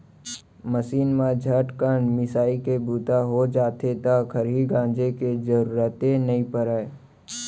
machine म झटकन मिंसाइ के बूता हो जाथे त खरही गांजे के जरूरते नइ परय